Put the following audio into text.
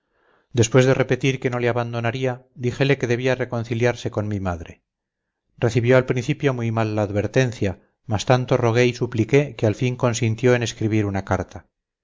después de repetir que no le abandonaría díjele que debía reconciliarse con mi madre recibió al principio muy mal la advertencia mas tanto rogué y supliqué que al fin consintió en escribir una carta